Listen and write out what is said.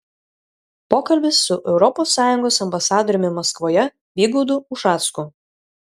pokalbis su europos sąjungos ambasadoriumi maskvoje vygaudu ušacku